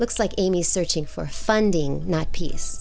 looks like amy searching for funding not peace